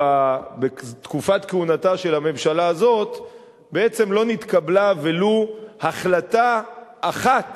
שבתקופת כהונתה של הממשלה הזאת לא נתקבלה כאן בכנסת ולו החלטה אחת